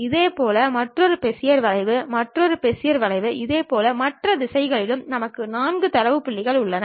இதேபோல் மற்றொரு பெசியர் வளைவு மற்றொரு பெசியர் வளைவு இதேபோல் மற்ற திசைகளிலும் நமக்கு 4 தரவு புள்ளிகள் உள்ளன